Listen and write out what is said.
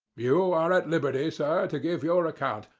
you are at liberty, sir, to give your account,